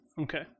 okay